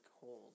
cold